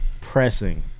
pressing